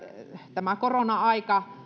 tämä korona aika